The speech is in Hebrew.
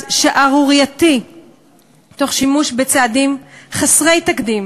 שערורייתי תוך שימוש בצעדים חסרי תקדים